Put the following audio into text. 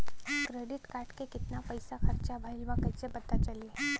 Credit card के कितना पइसा खर्चा भईल बा कैसे पता चली?